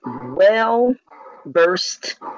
well-burst